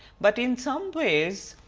but in some ways,